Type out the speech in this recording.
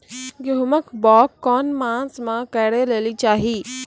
गेहूँमक बौग कून मांस मअ करै लेली चाही?